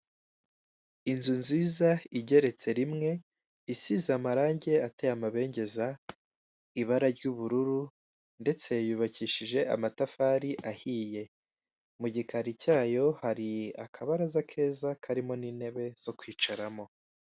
Inzu nziza igeretse rimwe isize amarangi ateye amabengeza, ibara ry'ubururu ndetse yubakishije amatafari ahiye, mu gikari cyayo hari akabaraza keza karimo n'intebe zo kwicaramo.